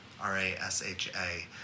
R-A-S-H-A